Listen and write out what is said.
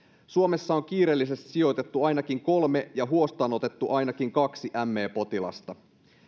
suomessa on kiireellisesti sijoitettu ainakin kolme ja huostaanotettu ainakin kaksi me potilasta